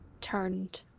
turned